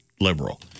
liberal